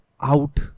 out